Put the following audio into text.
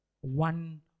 One